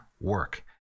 work